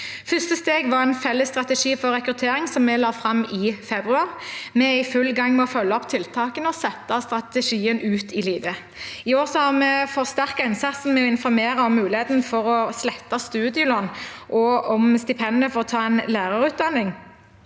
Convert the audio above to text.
Første steg var en felles strategi for rekruttering, som vi la fram i februar. Vi er i full gang med å følge opp tiltakene og sette strategien ut i livet. I år har vi forsterket innsatsen med å informere om muligheten for å slette studielån og for stipender for å ta en lærerutdanning.